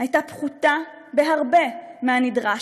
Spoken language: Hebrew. הייתה פחותה בהרבה מהנדרש,